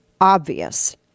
obvious